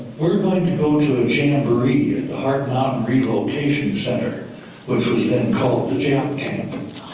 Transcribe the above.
we're going to go to a jamboree at the heart mountain relocation center. which was then called the jap camp.